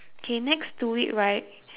okay next to it right